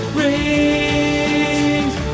rings